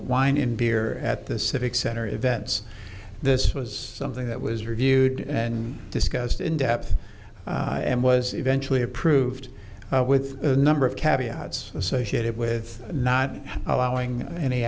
wine in beer at the civic center events this was something that was reviewed and discussed in depth and was eventually approved with a number of cats associated with not allowing any